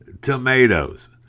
tomatoes